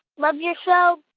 love your show.